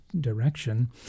direction